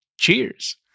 Cheers